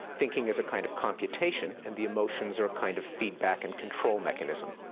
thinking is a kind of computation, and the emotions are a kind of feedback and control mechanism.